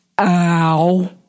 Ow